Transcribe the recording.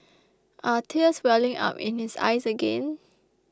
are tears welling up in his eyes again